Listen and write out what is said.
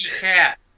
Cat